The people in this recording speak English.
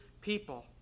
people